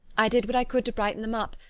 i did what i could to brighten them up,